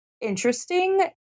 interesting